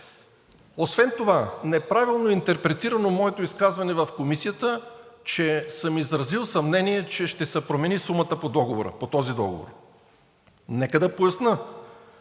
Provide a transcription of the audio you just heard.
Освен това неправилно е интерпретирано моето изказване в Комисията, че съм изразил съмнение, че ще се промени сумата по този договор. Нека да поясня.